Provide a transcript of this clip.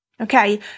okay